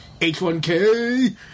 H1K